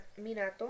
Minato